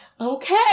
okay